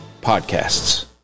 podcasts